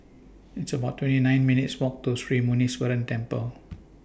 It's about twenty nine minutes' Walk to Sri Muneeswaran Temple